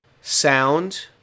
sound